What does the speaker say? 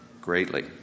greatly